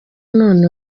none